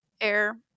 air